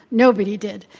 nobody did.